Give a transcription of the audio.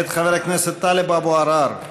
מאת חבר הכנסת טלב אבו עראר.